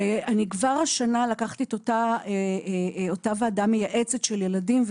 כבר השנה לקחתי את אותה ועדה מייעצת של ילדים,